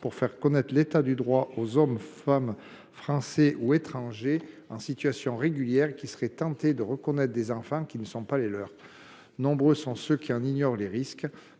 pour faire connaître l’état du droit aux femmes et aux hommes, français ou étrangers, en situation régulière, qui seraient tentés de reconnaître des enfants qui ne sont pas les leurs. Nombreux sont ceux qui ignorent les peines